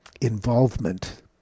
involvement